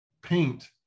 paint